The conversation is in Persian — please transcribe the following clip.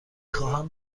خواهم